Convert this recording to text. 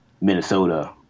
Minnesota